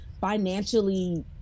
financially